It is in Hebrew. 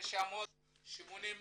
- 1,980 עולים.